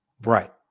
Right